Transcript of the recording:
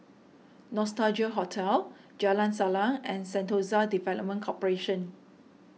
Nostalgia Hotel Jalan Salang and Sentosa Development Corporation